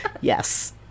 Yes